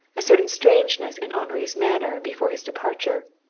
a certain strangeness in henri's manner before his departure.